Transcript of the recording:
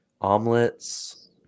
omelets